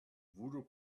voodoo